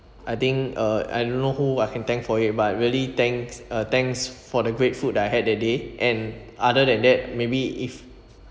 I think uh I don't know who I can thank for it but really thanks uh thanks for the great food I had that day and other than that maybe if